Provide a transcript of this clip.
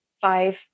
five